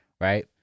Right